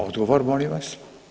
Odgovor, molim vas.